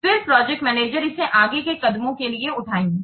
फिर project manager इसे आगे के कदमों के लिए उठाएंगे